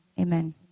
Amen